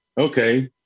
Okay